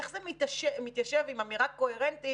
איך זה מתיישב עם אמירה קוהרנטית,